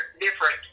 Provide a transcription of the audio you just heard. different